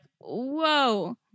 whoa